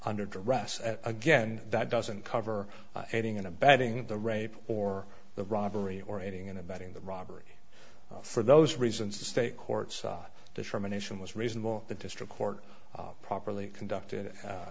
under duress again that doesn't cover aiding and abetting the rape or the robbery or aiding and abetting the robbery for those reasons the state court saw discrimination was reasonable the district court properly conducted